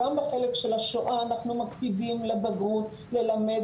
גם בחלק של השואה אנחנו מקפידים לבגרות ללמד